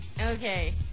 Okay